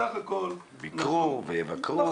ביקרו ויבקרו.